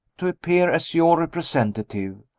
to appear as your representative,